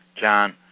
John